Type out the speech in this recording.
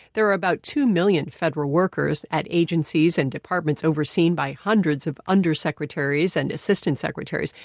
there are about two million federal workers at agencies and departments overseen by hundreds of undersecretaries and assistant secretaries.